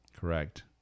Correct